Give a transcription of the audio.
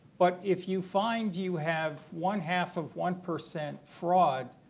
but if you find you have one half of one percent fraud,